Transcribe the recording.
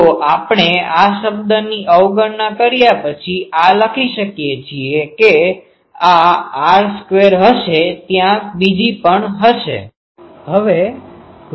તો આપણે આ શબ્દની અવગણના કર્યા પછી આ લખી શકીએ છીએ કે આ r સ્ક્વેર હશે ત્યાં બીજું પણ હશે